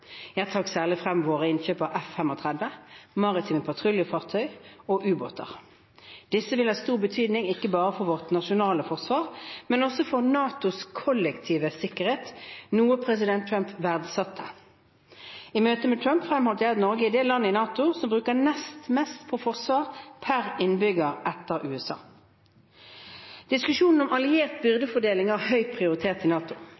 Jeg trakk særlig frem våre innkjøp av F-35, maritime patruljefly og ubåter. Disse vil ha stor betydning, ikke bare for vårt nasjonale forsvar, men også for NATOs kollektive sikkerhet, noe president Trump verdsatte. I møtet med Trump fremholdt jeg at Norge er det landet i NATO som bruker nest mest på forsvar per innbygger etter USA. Diskusjonen om alliert byrdefordeling har høy prioritet i NATO.